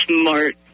smart